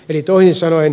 eli toisin sanoen